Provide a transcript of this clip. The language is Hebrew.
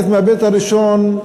מההיבט הראשון,